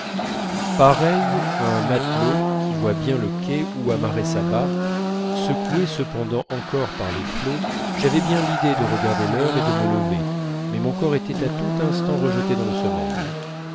pareil à un matelot qui voit bien le quai où amarrer sa barque secouée cependant encore par les flots j'avais bien l'idée de regarder l'heure et de me lever mais mon corps était à tout instant rejeté dans le sommeil